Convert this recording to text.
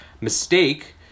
mistake